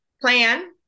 plan